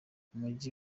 umujyi